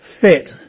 fit